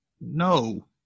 no